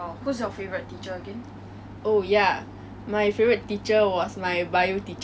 I have never seen her with a flat stomach she's always pregnant